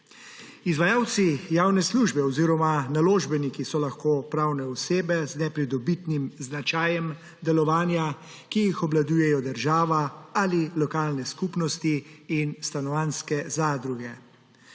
Izvajalci javne službe oziroma naložbeniki so lahko pravne osebe z nepridobitnim značajem delovanja, ki jih obvladujejo država ali lokalne skupnosti in stanovanjske zadruge.